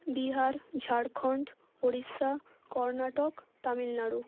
Bihar Jharkhand Orissa Karnataka Tamil Nadu